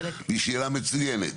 והיא שאלה מצוינת.